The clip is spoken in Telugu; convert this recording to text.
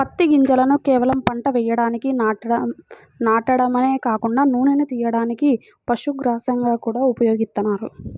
పత్తి గింజలను కేవలం పంట వేయడానికి నాటడమే కాకుండా నూనెను తియ్యడానికి, పశుగ్రాసంగా గూడా ఉపయోగిత్తన్నారు